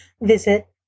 visit